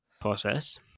process